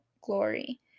glory